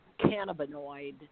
cannabinoid